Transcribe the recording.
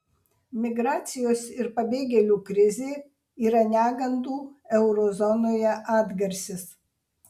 migracijos ir pabėgėlių krizė yra negandų euro zonoje atgarsis